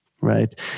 right